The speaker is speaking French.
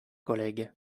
collègue